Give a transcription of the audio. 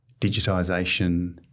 digitisation